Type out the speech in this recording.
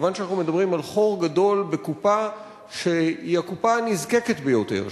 כיוון שאנחנו מדברים על חור גדול בקופה שהיא הקופה הנזקקת ביותר,